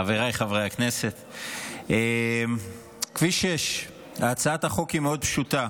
חבריי חברי הכנסת, הצעת החוק מאוד פשוטה: